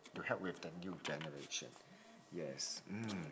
to help with the new generation yes mm